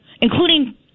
including